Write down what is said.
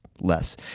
less